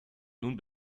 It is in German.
nun